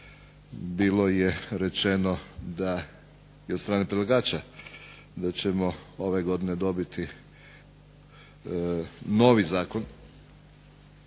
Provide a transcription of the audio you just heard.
bilo je rečeno da, i od strane predlagača da ćemo ove godine dobiti novi Zakon